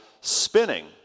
spinning